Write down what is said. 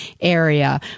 area